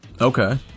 okay